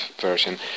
version